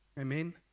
Amen